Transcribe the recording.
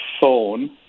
phone